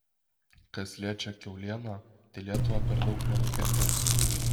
kas liečia kiaulieną tai lietuva per daug nenukentės